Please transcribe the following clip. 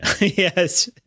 Yes